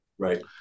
Right